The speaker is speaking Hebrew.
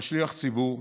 אתה שליח ציבור,